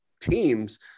teams